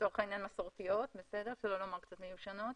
לצורך העניין מסורתיות שלא לומר קצת מיושנות